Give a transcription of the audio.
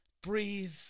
Breathe